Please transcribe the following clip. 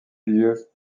lieux